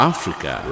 Africa